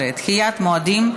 11) (דחיית מועדים),